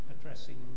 addressing